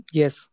yes